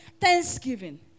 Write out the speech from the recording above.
thanksgiving